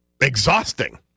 exhausting